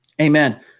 Amen